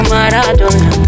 Maradona